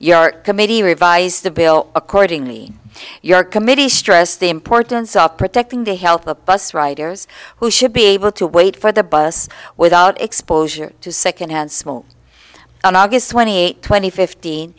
your committee revised the bill accordingly your committee stressed the importance of protecting the health of bus riders who should be able to wait for the bus without exposure to secondhand smoke on august twenty eighth twenty fifty